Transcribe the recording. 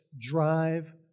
drive